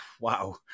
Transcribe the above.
Wow